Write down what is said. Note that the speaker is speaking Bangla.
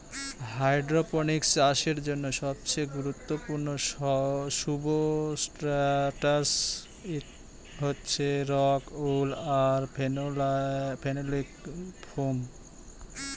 হাইড্রপনিক্স চাষের জন্য সবচেয়ে গুরুত্বপূর্ণ সুবস্ট্রাটাস হচ্ছে রক উল আর ফেনোলিক ফোম